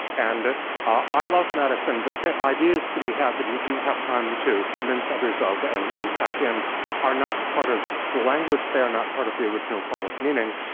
and i love madison, but the ideas that he had that he didn't have time to convince others of and and pack in are not part of the language. they are not part of the original public meaning.